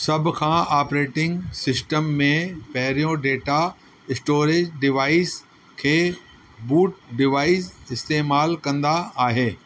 सभ खां operating system में पहिरियों डेटा इस्टोरेज डिवाइस खे बूट डिवाइस इस्तेमालु कंदा आहे